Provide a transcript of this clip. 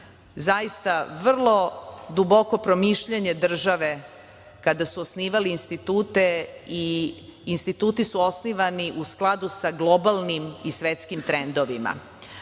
zaista vrlo duboko promišljanje države kada su osnivali institute i instituti su osnivani u skladu sa globalnim i svetskim trendovima.